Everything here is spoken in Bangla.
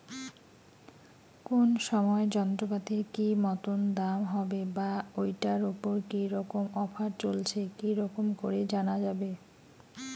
কোন সময় যন্ত্রপাতির কি মতন দাম হবে বা ঐটার উপর কি রকম অফার চলছে কি রকম করি জানা যাবে?